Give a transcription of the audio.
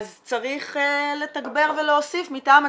אז צריך לתגבר ולהוסיף מטעם התקציב.